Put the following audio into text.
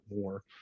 more